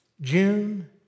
June